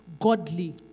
godly